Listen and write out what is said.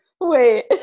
Wait